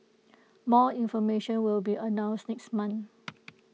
more information will be announced next month